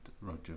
Roger